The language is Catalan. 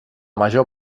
major